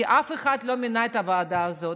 כי אף אחד לא מינה את הוועדה הזאת,